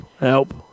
Help